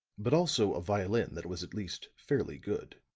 but also a violin that was at least fairly good.